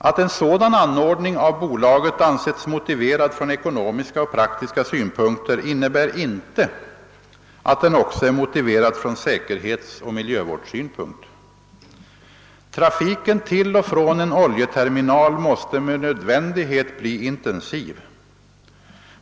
Att en sådan anordning av bolaget ansetts motiverad från ekonomiska och praktiska synpunkter innebär inte att den också är motiverad från säkerhetsoch miljövårdssynpunkt. Trafiken till och från en oljeterminal måste med nödvändighet bli intensiv.